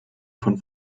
von